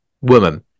woman